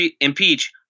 impeach